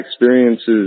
experiences